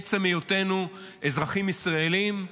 מעצם היותנו אזרחים ישראלים,